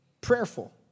prayerful